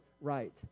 right